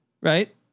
right